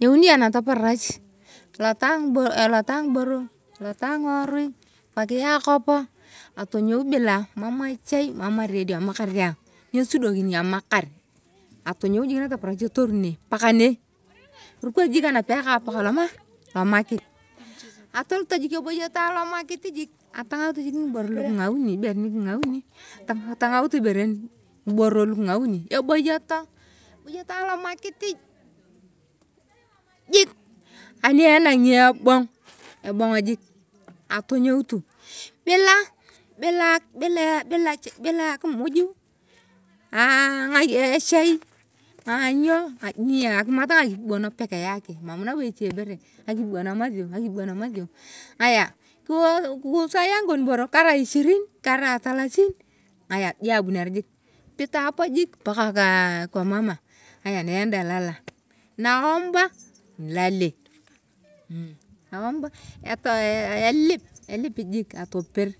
Anyaani ayong nataparach etotaa ngoon epegit akopo atongou bila emam echa emam aradia emam aradia amamukar ayong. Nyesadokini emamakar atongou jik natoparach etoru nee mpaka nee auresi jik ka napaikang mpaka lo maai lo market tesima jik eboyoto a lemarket jik atangaute jik ngiboro to kangauni eboyoto eboyoto a lamarket jik ani enangi ebong ebonga jik atongotu bila bila akimuju ellei inyoo akimat ngakipi ban pekeyake emam nobo ichie bero ngakipi bon emasio ngakipi ban emasio ngaya kiausaia ngikon boro korai ichikiri karai talasiri ngaya joo abunere jik pito apa jik mpaka kisa mama ngaya naenila lola naemba nitale elip elie jik ani